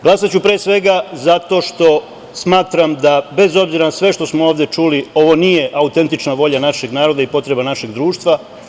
Glasaću pre svega zato što smatram da, bez obzira na sve što smo ovde čuli, ovo nije autentična volja našeg naroda i potreba našeg društva.